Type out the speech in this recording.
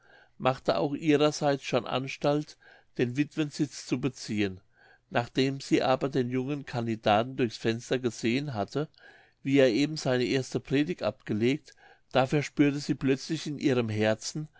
machte auch ihrer seits schon anstalt den wittwensitz zu beziehen nachdem sie aber den jungen candidaten durchs fenster gesehen hatte wie er eben seine erste predigt abgelegt da verspürte sie plötzlich in ihrem herzen